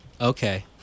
Okay